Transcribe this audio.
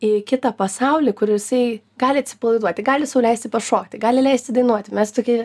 į kitą pasaulį kur jisai gali atsipalaiduoti gali sau leisti pašokti gali leisti dainuoti mes tokie